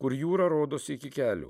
kur jūra rodos iki kelių